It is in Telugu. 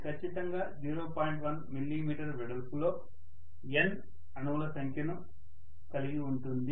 1 మిల్లీమీటర్ వెడల్పులో N అణువుల సంఖ్యను కలిగి ఉంటుంది